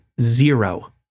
Zero